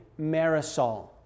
Marisol